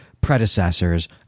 predecessors